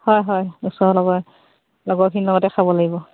হয় হয় ওচৰৰ লগৰ লগৰখিনি লগতে খাব লাগিব